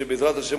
שבעזרת השם,